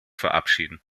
verabschieden